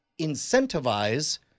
incentivize